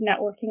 networking